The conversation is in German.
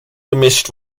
gemischt